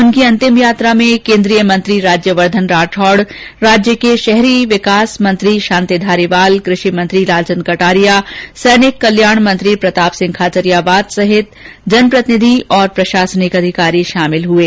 उनकी अंतिम यात्रा में केन्द्रीय मंत्री राज्यवर्द्वन सिंह राठौड़ राज्य के शहरी निकाय मंत्री शांति धारीवाल कृषि मंत्री लालचंद कटारिया सैनिक कल्याण मंत्री प्रतापसिंह खाचरियावास सहित जन प्रतिनिधि और प्रशासनिक अधिकारी शामिल हुये